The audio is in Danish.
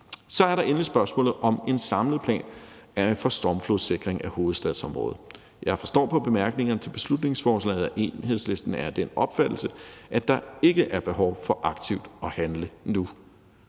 Så er der endelig spørgsmålet om en samlet plan for stormflodssikring af hovedstadsområdet. Jeg forstår på bemærkningerne til beslutningsforslaget, at Enhedslisten er af den opfattelse, at der ikke er behov for aktivt at handle nu.